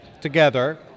together